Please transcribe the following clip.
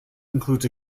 includes